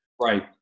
Right